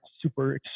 super